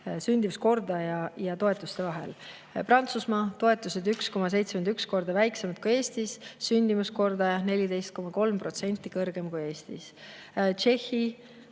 sündimuskordaja ja toetuste vahel. Prantsusmaa: toetused 1,71 korda väiksemad kui Eestis, sündimuskordaja 14,3% kõrgem kui Eestis. Tšehhi: